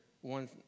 one